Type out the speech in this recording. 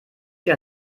sie